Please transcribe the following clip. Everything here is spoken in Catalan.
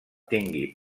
tingui